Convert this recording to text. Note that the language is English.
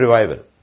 revival